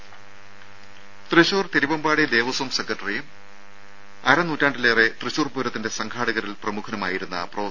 രുമ തൃശൂർ തിരുവമ്പാടി ദേവസ്വം സെക്രട്ടറിയും അരനൂറ്റാണ്ടിലേറെ തൃശൂർ പൂരത്തിന്റെ സംഘാടകരിൽ പ്രമുഖനുമായിരുന്ന പ്രൊഫ